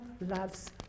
loves